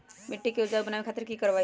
मिट्टी के उपजाऊ बनावे खातिर की करवाई?